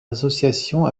association